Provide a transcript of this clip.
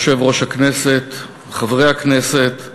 יושב-ראש הכנסת, חברי הכנסת,